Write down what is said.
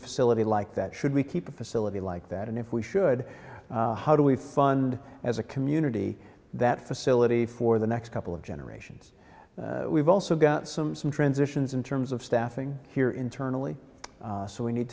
facility like that should we keep a facility like that and if we should how do we fund as a community that facility for the next couple of generations we've also got some some transitions in terms of staffing here internally so we need